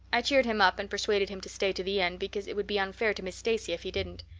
i cheered him up and persuaded him to stay to the end because it would be unfair to miss stacy if he didn't.